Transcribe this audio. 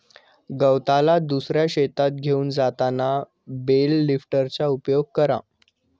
गवताला दुसऱ्या शेतात घेऊन जाताना बेल लिफ्टरचा उपयोग करा